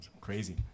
crazy